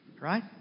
Right